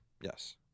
Yes